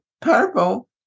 purple